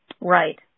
Right